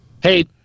Hey